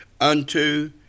unto